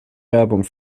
werbung